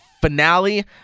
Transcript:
finale